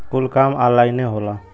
कुल काम ऑन्लाइने होला